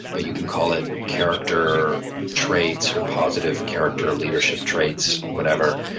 but you can call it character traits, or positive character leadership traits, whatever,